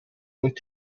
und